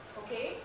okay